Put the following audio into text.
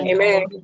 Amen